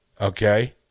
okay